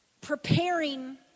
preparing